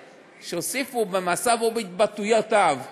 הוסיפו: במעשיו ובהתבטאויותיו קורא,